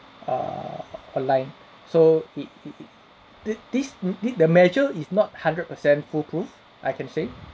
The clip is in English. err align so it it it did this need the measure is not hundred per cent foolproof I can say